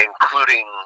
including